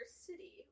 city